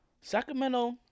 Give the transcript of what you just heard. Sacramento